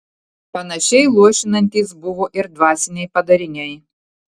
panašiai luošinantys buvo ir dvasiniai padariniai